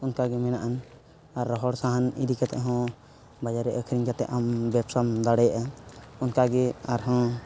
ᱚᱱᱠᱟ ᱜᱮ ᱢᱮᱱᱟᱜᱼᱟ ᱟᱨ ᱨᱚᱦᱚᱲ ᱥᱟᱦᱟᱱ ᱤᱫᱤ ᱠᱟᱛᱮ ᱦᱚᱸ ᱵᱟᱡᱟᱨ ᱨᱮ ᱟᱹᱠᱷᱟᱨᱤᱧ ᱠᱟᱛᱮ ᱟᱢ ᱵᱮᱵᱥᱟᱢ ᱫᱟᱲᱮᱭᱟᱜᱼᱟ ᱚᱱᱠᱟ ᱜᱮ ᱟᱨᱦᱚᱸ